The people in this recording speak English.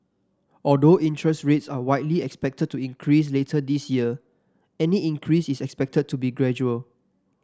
although interest rates are widely expected to increase later this year any increase is expected to be gradual